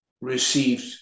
received